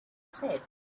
said